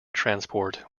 transport